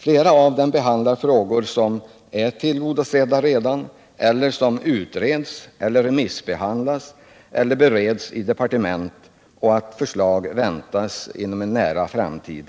Flera av dem behandlar frågor som redan är avklarade eller som utreds, remissbehandlas eller bereds i departementen och om vilka förslag väntas till riksdagen i en nära framtid.